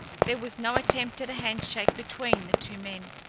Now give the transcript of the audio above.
there was no attempt at a handshake between the two men.